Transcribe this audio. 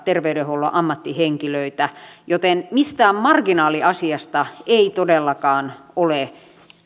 terveydenhuollon ammattihenkilöitä joten mistään marginaaliasiasta ei todellakaan ole